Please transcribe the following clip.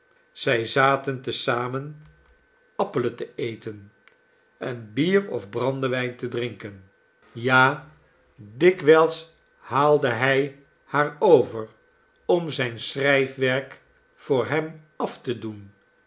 zij zaten te zamen appelen te eten en bier of brandewijn te drinken ja dikwijls haalde hij haar over om zijn schrijfwerk voor hem af te doen